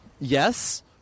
yes